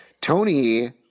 Tony